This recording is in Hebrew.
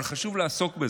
אבל חשוב לעסוק בזה.